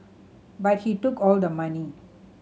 but he took all the money